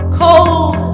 cold